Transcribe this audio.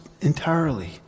entirely